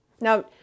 Now